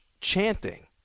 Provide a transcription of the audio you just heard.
chanting